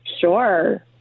Sure